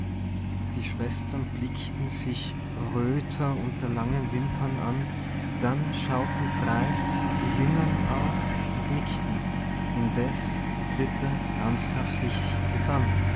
die schwestern blickten sich röther unter langen wimpern an dann schauten dreist die jüngern auf und nickten indeß die dritte ernsthaft sich